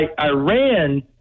Iran